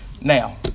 now